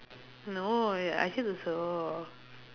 no also